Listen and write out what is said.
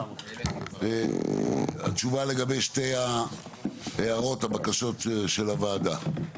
תשובה לגבי שתי ההערות/הבקשות של הוועדה.